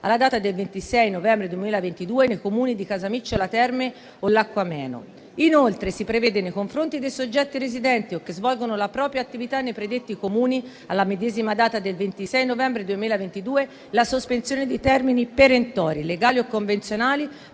alla data del 26 novembre 2022 nei Comuni di Casamicciola Terme o Lacco Ameno. Inoltre, si prevede nei confronti dei soggetti residenti o che svolgono la propria attività nei predetti Comuni alla medesima data del 26 novembre 2022 la sospensione dei termini perentori, legali o convenzionali,